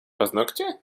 paznokcie